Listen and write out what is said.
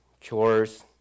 chores